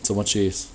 什么 cheese